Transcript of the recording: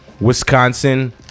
Wisconsin